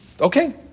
okay